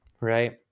right